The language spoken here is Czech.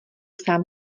sám